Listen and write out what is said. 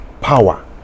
power